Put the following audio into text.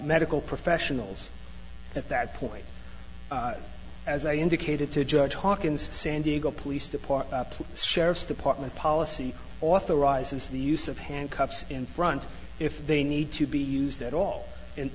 medical professionals at that point as i indicated to judge hawkins san diego police department sheriff's department policy authorizes the use of handcuffs in front if they need to be used at all and